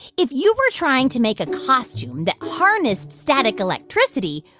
if you were trying to make a costume that harnessed static electricity,